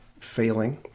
failing